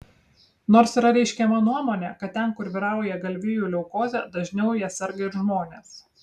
nors yra reiškiama nuomonė kad ten kur vyrauja galvijų leukozė dažniau ja serga ir žmonės